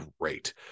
great